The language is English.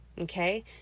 Okay